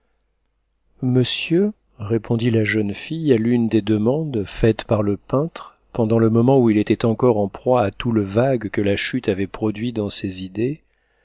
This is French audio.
monsieur répondit la jeune fille à l'une des demandes faites par le peintre pendant le moment où il était encore en proie à tout le vague que la chute avait produit dans ses idées